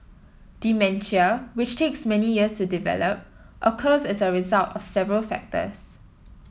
dementia which takes many years to develop occurs as a result of several factors